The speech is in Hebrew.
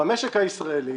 במקש הישראלי